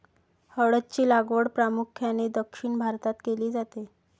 हळद ची लागवड प्रामुख्याने दक्षिण भारतात केली जाते